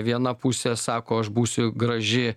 viena pusė sako aš būsiu graži